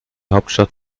hauptstadt